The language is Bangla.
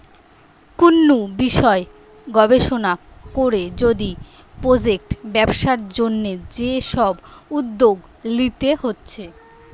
কুনু বিষয় গবেষণা কোরে যদি প্রজেক্ট ব্যবসার জন্যে যে সব উদ্যোগ লিতে হচ্ছে